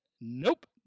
Nope